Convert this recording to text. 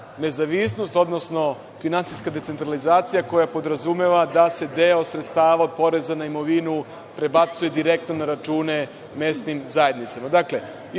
nezavisnost, odnosno finansijska decentralizacija koja podrazumeva da se deo sredstava od poreza na imovinu prebacuje direktno na račune mesnim zajednicama